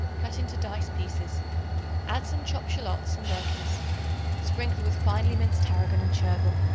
cut into dice pieces add some chopped shallots and gherkins sprinkle with finely minced tarragon and chervil,